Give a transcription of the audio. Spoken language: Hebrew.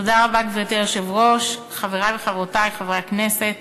גברתי היושבת-ראש, חברי וחברותי חברי הכנסת,